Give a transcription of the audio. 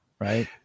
right